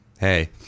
Hey